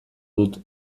dut